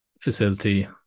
facility